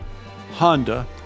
Honda